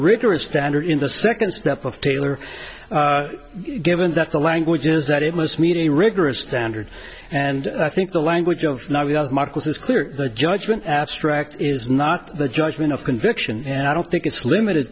rigorous standard in the second step of taylor given that the language is that it must meet a rigorous standard and i think the language of marcus is clear the judgment abstract is not the judgment of conviction and i don't think it's limited